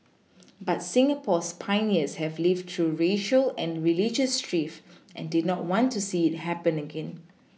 but Singapore's pioneers had lived through racial and religious strife and did not want to see it happen again